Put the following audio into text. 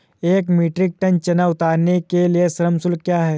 एक metric ton चना उतारने के लिए श्रम शुल्क क्या है?